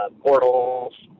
portals